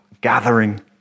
gathering